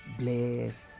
bless